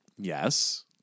Yes